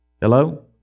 Hello